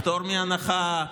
פטור מהנחה,